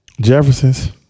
Jefferson's